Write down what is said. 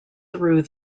through